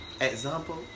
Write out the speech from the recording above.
Example